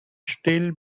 still